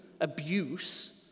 abuse